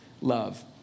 love